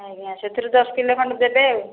ଆଜ୍ଞା ସେଥିରୁ ଦଶ କିଲୋ ଖଣ୍ଡେ ଦେବେ ଆଉ